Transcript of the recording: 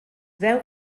veu